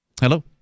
Hello